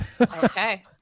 Okay